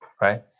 right